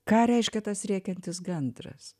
ką reiškia tas rėkiantis gandras